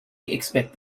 expect